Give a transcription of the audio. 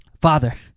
Father